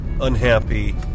unhappy